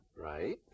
right